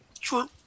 True